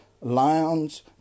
lion's